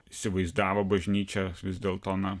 įsivaizdavo bažnyčią vis dėlto na